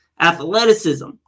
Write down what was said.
Athleticism